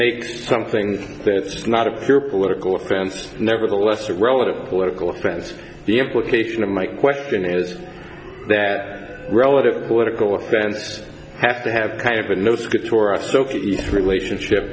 makes something that is not a pure political offense nevertheless a relative political offense the implication of my question is that relative political offense has to have kind of a nose get tourists ok relationship